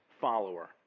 follower